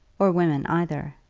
or women either.